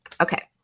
Okay